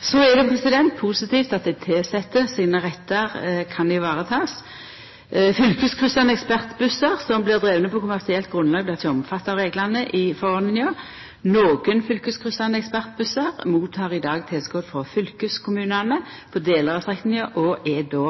Så er det positivt at dei tilsette sine rettar kan varetakast. Fylkeskryssande ekspressbussruter som blir drivne på kommersielt grunnlag, blir ikkje omfatta av reglane i forordninga. Nokre fylkeskryssande ekspressbussruter mottek i dag tilskot frå fylkeskommunane på delar av strekninga, og er då